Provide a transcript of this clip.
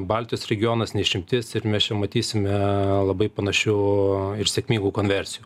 baltijos regionas ne išimtis ir mes čia matysime labai panašių ir sėkmingų konversijų